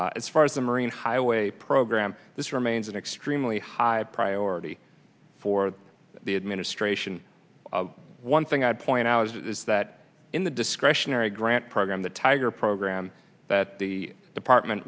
as far as the marine highway program this remains an extremely high priority for the administration one thing i'd point out is that in the discretionary grant program the tiger program that the department